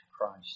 Christ